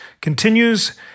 continues